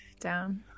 down